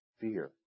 fear